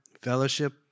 fellowship